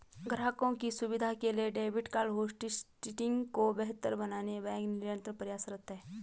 ग्राहकों की सुविधा के लिए डेबिट कार्ड होटलिस्टिंग को बेहतर बनाने बैंक निरंतर प्रयासरत है